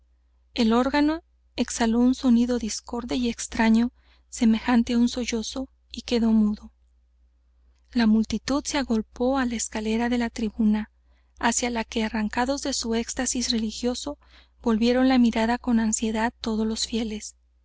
el órgano exhaló un sonido discorde y extraño semejante á un sollozo y quedó mudo la multitud se agolpó á la escalera de la tribuna hacia la que arrancados de su éxtasis religioso volvieron la mirada con ansiedad todos los fieles